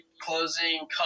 closing